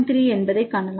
3 என்பதைக் காணலாம்